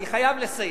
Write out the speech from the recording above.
אני חייב לסיים.